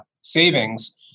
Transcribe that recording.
savings